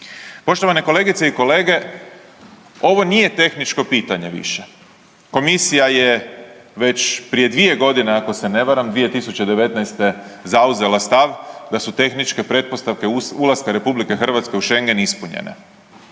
Poštovane kolegice i kolege, ovo nije tehničko pitanje više. Komisija je već prije 2.g. ako se ne varam, 2019. zauzela stav da su tehničke pretpostavke ulaska RH u Šengen ispunjene.